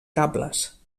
cables